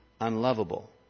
unlovable